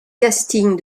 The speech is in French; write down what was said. casting